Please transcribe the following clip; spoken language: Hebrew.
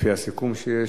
לפי הסיכום שיש.